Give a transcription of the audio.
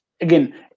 again